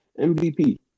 MVP